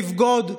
לבגוד,